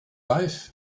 life